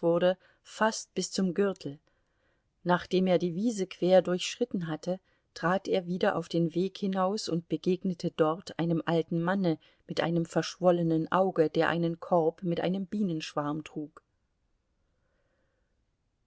wurde fast bis zum gürtel nachdem er die wiese quer durchschritten hatte trat er wieder auf den weg hinaus und begegnete dort einem alten manne mit einem verschwollenen auge der einen korb mit einem bienenschwarm trug